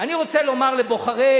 אני רוצה לומר לבוחרי